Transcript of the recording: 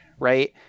Right